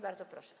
Bardzo proszę.